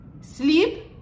Sleep